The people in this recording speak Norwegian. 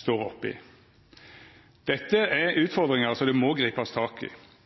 står oppe i. Dette er utfordringar som det må gripast tak i.